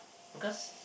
because